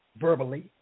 verbally